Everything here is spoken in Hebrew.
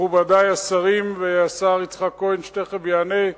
מכובדי השרים והשר יצחק כהן שתיכף יענה,